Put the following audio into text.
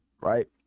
right